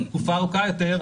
-- תקופה ארוכה יותר,